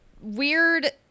weird-